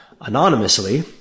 anonymously